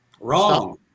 Wrong